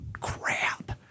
crap